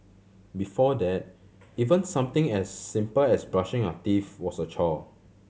before that even something as simple as brushing your teeth was a chore